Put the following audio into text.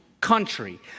country